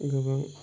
गोबां